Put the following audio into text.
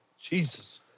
Jesus